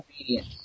obedience